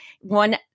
one